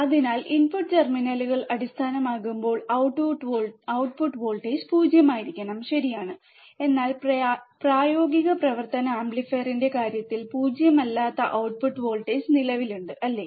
അതിനാൽ ഇൻപുട്ട് ടെർമിനലുകൾ അടിസ്ഥാനമാകുമ്പോൾ ഔട്ട്പുട്ട് വോൾട്ടേജ് 0 ആയിരിക്കണം ശരിയാണ് എന്നാൽ പ്രായോഗിക പ്രവർത്തന ആംപ്ലിഫയറിന്റെ കാര്യത്തിൽ 0 അല്ലാത്ത ഔട്ട്പുട്ട് വോൾട്ടേജ് നിലവിലുണ്ട് അല്ലേ